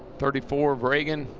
thirty four of ragan.